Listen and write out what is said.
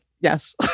yes